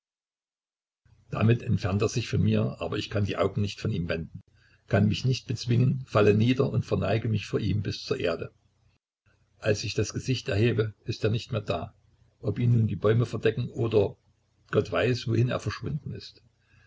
damit entfernt er sich von mir aber ich kann die augen nicht von ihm wenden kann mich nicht bezwingen falle nieder und verneige mich vor ihm bis zur erde als ich das gesicht erhebe ist er nicht mehr da ob ihn nun die bäume verdeckten oder gott weiß wohin er verschwunden ist